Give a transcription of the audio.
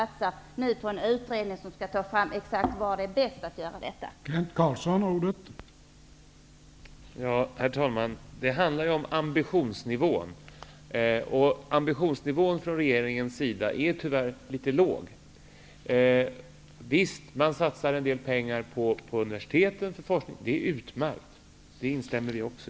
Vi satsar i stället dessa pengar på en utredning som skall ta fram exakt var det är bäst att göra denna satsning.